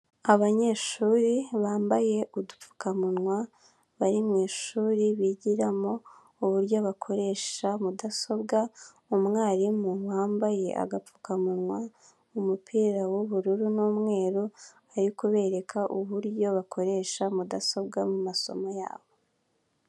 Abanyeshuri bambaye udupfukamunwa bari mu ishuri bigiramo uburyo bakoresha mudasobwa. Umwarimu wambye agapfukamunwa n'umupira w'ubururu n'umweru ari kubereka uburyo bakoresha mudasobwa mu masomo yabo.